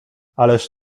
ależ